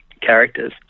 characters